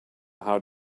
how